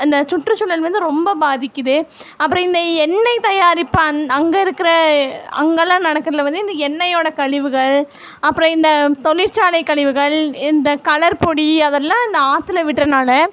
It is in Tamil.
அந்த சுற்றுச்சூழல் வந்து ரொம்ப பாதிக்குது அப்புறம் இந்த எண்ணெய் தயாரிப்பு அந் அங்கே இருக்கிற அங்கேலாம் நடக்கிறதில் வந்து இந்த எண்ணெயோட கழிவுகள் அப்புறம் இந்த தொழிற்சாலைகள் கழிவுகள் இந்த கலர்பொடி அதெல்லாம் இந்த ஆத்துல விட்டுறனால